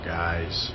guys